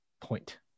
Point